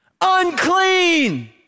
unclean